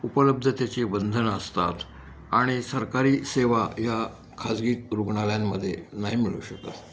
उपलब्धतेची बंधनं असतात आणि सरकारी सेवा या खाजगी रुग्णालयांमध्ये नाही मिळू शकत